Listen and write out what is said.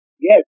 Yes